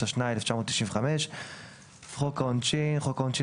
התשנ"ה 1995; "חוק העונשין" חוק העונשין,